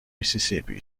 mississippi